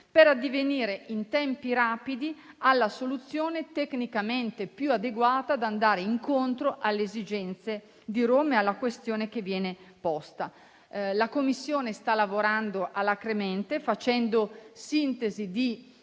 per addivenire in tempi rapidi alla soluzione tecnicamente più adeguata per andare incontro alle esigenze di Roma e alla questione che viene posta. La commissione sta lavorando alacremente, facendo sintesi di